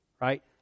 right